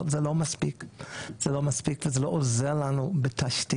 אבל זה לא מספיק וזה לא עוזר לנו בתשתיות.